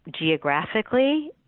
geographically